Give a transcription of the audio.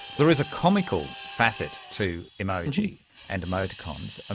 there is a comical facet to emoji and emoticons. ah